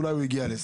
אולי הוא הגיע לזה.